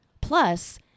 Plus